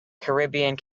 caribbean